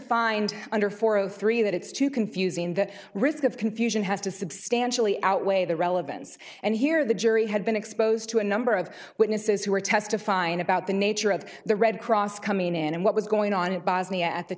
find under four o three that it's too confusing that risk of confusion has to substantially outweigh the relevance and here the jury had been exposed to a number of witnesses who were testifying about the nature of the red cross coming in and what was going on in bosnia at the